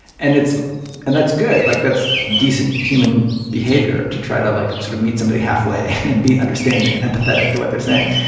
and and that's good. like that's decent human behavior to try to like sort of meet somebody halfway and be understanding and empathetic to what they're saying.